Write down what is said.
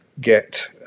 get